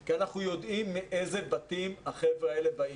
כי אנחנו יודעים מאיזה בתים החבר'ה האלה באים.